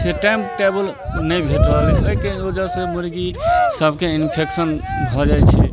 से time table नहि भेट रहल अइ ओइके वजहसँ मुर्गी सबके इन्फेक्शन भऽ जाइ छै